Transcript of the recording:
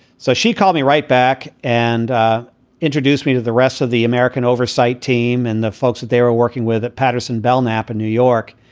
so she called me right back and ah introduced me to the rest of the american oversight team and the folks that they were working with at patterson belknap in new york.